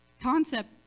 concept